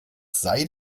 sei